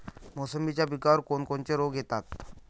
मोसंबी पिकावर कोन कोनचे रोग येतात?